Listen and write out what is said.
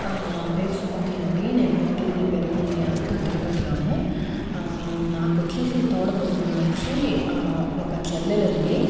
నా పేరు సుమతి అండి నేను పుట్టింది పెరిగింది అంతా తిరుపతిలోనే నాకొచ్చేసి తోడబుట్టినోళ్ళుచ్చి ఒక చెల్లెలు ఉంది